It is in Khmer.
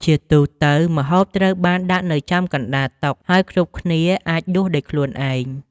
ជាទូទៅ ម្ហូបត្រូវបានដាក់នៅចំកណ្ដាលតុ ហើយគ្រប់គ្នាអាចដួសដោយខ្លួនឯង។